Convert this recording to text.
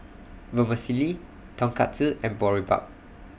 Vermicelli Tonkatsu and Boribap